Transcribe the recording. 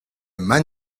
man